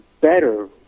better